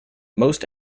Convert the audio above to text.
most